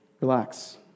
relax